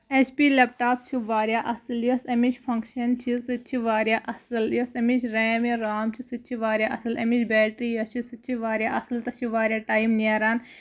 H laptop ٹاپ چھِ واریاہ اَصٕل یۄس اَمِچ فنٛگشَن چھِ سۄ تہِ چھِ واریاہ اَصٕل یۄس اَمِچ ریم یا رام چھِ سُہ تہِ چھِ واریاہ اَصٕل اَمِچ بیٹرِی یۄس چھِ سو تہِ چھِ واریاہ اَصٕل تَتھ چھِ واریاہ ٹایِم نیران